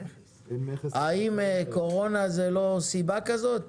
האם קורונה היא לא סיבה כזאת?